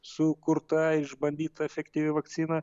sukurta išbandyta efektyvi vakcina